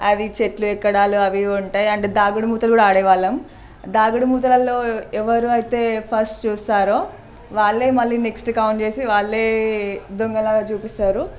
అది చెట్లు ఎక్కడాలు అవి ఇవి ఉంటాయి అంటే దాగుడుమూతలు కూడా ఆడేవాళ్ళం దాగుడుమూతలలో ఎవరు అయితే ఫస్ట్ చూస్తారో వాళ్ళు మళ్ళీ నెక్స్ట్ కౌంట్ చేసి వాళ్ళు దొంగలాగా చూపిస్తారు